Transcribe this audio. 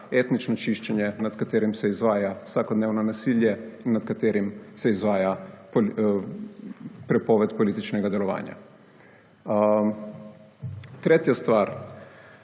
etnično čiščenje, nad katerim se izvaja vsakodnevno nasilje, nad kateri se izvaja prepoved političnega delovanja. Tretja stvar,